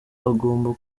agomba